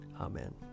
Amen